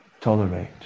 tolerate